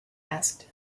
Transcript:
asked